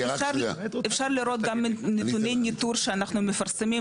אפשר לראות גם נתוני ניטור שאנחנו מפרסמים,